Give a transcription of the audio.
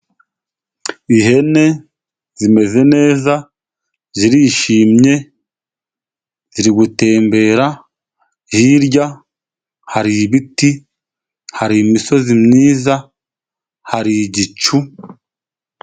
Ihene zimeze neza, zirishimye, ziri gutembera, hirya hari ibiti, hari imisozi myiza, hari igicu.